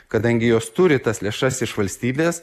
kadangi jos turi tas lėšas iš valstybės